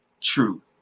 true